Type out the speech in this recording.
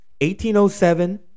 1807